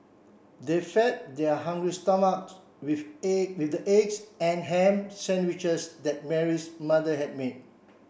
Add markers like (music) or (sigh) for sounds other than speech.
they fed their hungry (unintelligible) with the (unintelligible) with the eggs and ham sandwiches that Mary's mother had made